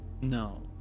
No